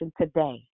today